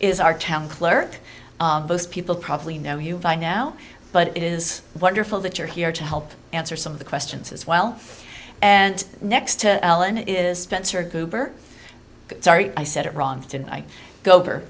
is our town clerk most people probably know you by now but it is wonderful that you're here to help answer some of the questions as well and next to allan is spencer goober sorry i said it wrong and i go over